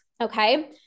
okay